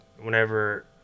whenever